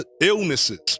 illnesses